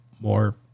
more